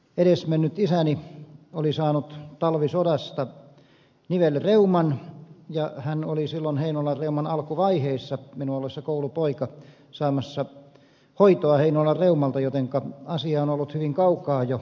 edesmennyt isäni oli saanut talvisodassa nivelreuman ja hän oli silloin heinolan reuman alkuvaiheessa minun ollessani koulupoika saamassa hoitoa heinolan reumalta jotenka asia on ollut hyvin kaukaa jo tuttu